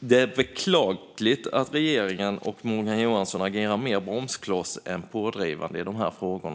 Det är beklagligt att Morgan Johansson och regeringen agerar mer bromskloss än pådrivande i de här frågorna.